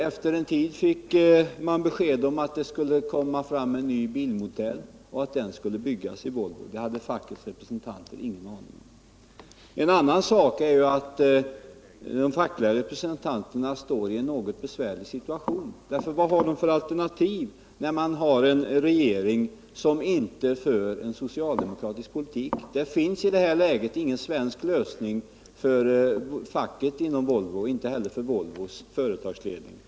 Efter en tid fick man besked om att det skulle tas fram en ny bilmodell och att den skulle byggas i Norge. Det hade fackets representanter ingen aning om. En annan sak är att de fackliga representanterna befinner sig i en något besvärlig situation. Vad har de för alternativ, när man har en regering som inte för en socialdemokratisk politik? I det läget finns det inte någon svensk lösning för facket i Volvo och inte heller för Volvos företagsledning.